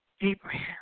Abraham